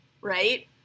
right